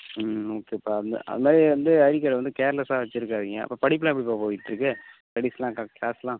ம் ஓகேப்பா அது மாரி அது மாரி வந்து ஐடி கார்டு வந்து கேர்லெஸ்ஸாக வச்சுருக்காதீங்க இப்போ படிப்பெலாம் எப்படிப்பா போய்கிட்ருக்கு ஸ்டெடிஸ்லாம் க கிளாஸெலாம்